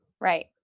Right